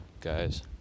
guys